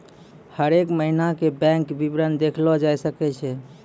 हरेक महिना के बैंक विबरण देखलो जाय सकै छै